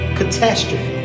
catastrophe